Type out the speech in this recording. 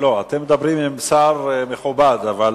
אתם מדברים עם שר מכובד, אבל